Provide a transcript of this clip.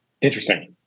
Interesting